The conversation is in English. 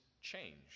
change